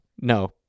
No